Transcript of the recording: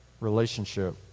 relationship